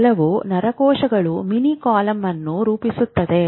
ಕೆಲವು ನರಕೋಶಗಳು mini column ಅನ್ನು ರೂಪಿಸುತ್ತವೆ